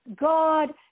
God